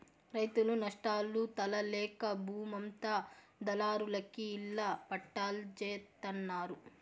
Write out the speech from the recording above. రైతులు నష్టాలు తాళలేక బూమంతా దళారులకి ఇళ్ళ పట్టాల్జేత్తన్నారు